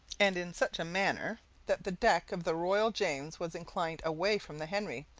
and in such a manner that the deck of the royal james was inclined away from the henry,